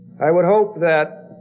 i would hope that,